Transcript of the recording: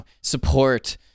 support